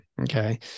Okay